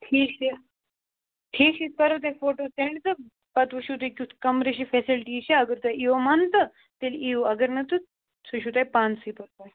ٹھیٖک چھُ ٹھیٖک چھِ أسۍ کَرو تۄہہِ فوٹو سٮ۪نٛڈ تہٕ پَتہٕ وُچھو تُہۍ کیُتھ کَمرٕ چھُ فیسَلٹی چھےٚ اگر تۄہہِ یِیو من تہٕ تیٚلہِ یِیو اگر نہٕ تہٕ سُہ چھُو تۄہہِ پانسٕے پتہٕ پاے